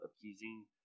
appeasing